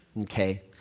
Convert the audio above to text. okay